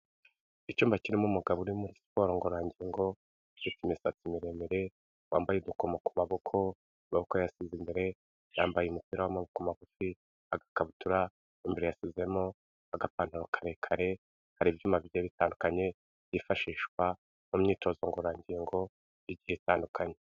Icyumba kirimo umugabo uri muri siporo ngororangingo ufite imisatsi miremire wambaye udukomo ku maboko baboko yasize imbere yambaye umupira w'amaguru magufi agakabutura imbere yashyizwemo agapantaro karekare hari ibyuma bihe bitandukanye byifashishwa mu myitozo ngororangingo igiye itandukanye.